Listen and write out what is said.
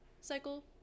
cycle